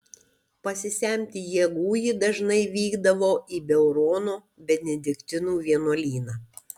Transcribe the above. pasisemti jėgų ji dažnai vykdavo į beurono benediktinų vienuolyną